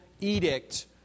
edict